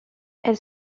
elle